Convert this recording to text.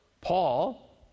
Paul